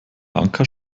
anker